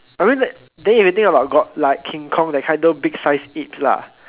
I mean then if you think about god like king kong that kind those big sized apes lah